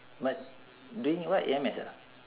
but doing what A_M_S ah